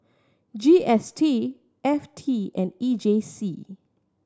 G S T F T and E J C